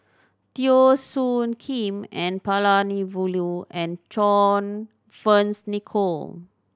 Teo Soon Kim N Palanivelu and John Fearns Nicoll